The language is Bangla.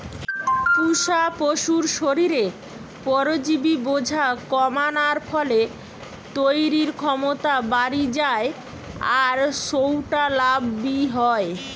পুশা পশুর শরীরে পরজীবি বোঝা কমানার ফলে তইরির ক্ষমতা বাড়ি যায় আর সউটা লাভ বি হয়